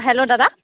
hello দাদা